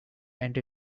and